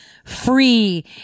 Free